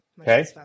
Okay